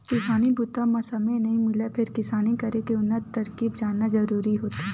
किसानी बूता म समे नइ मिलय फेर किसानी करे के उन्नत तरकीब जानना जरूरी होथे